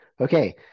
Okay